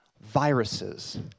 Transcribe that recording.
viruses